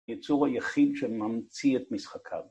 ‫יצור היחיד שממציא את משחקיו.